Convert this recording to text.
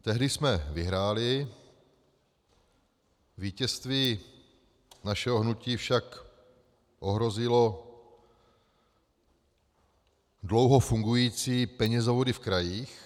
Tehdy jsme vyhráli, vítězství našeho hnutí však ohrozily dlouho fungující penězovody v krajích.